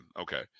Okay